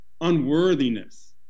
unworthiness